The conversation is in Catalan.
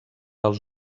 als